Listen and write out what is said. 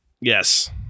Yes